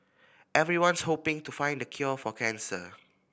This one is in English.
everyone's hoping to find the cure for cancer